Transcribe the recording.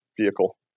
vehicle